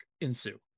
ensue